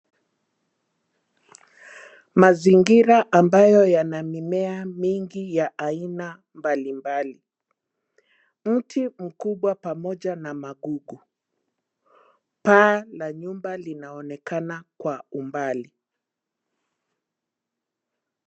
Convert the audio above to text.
Mazingira ambayo yana mimea mingi ya aina mbalimbali. Mti mkubwa pamoja na magugu. Paa la nyumba linaonekana kwa umbali.